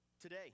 today